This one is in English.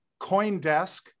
Coindesk